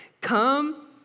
Come